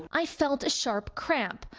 i felt a sharp cramp.